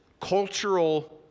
Cultural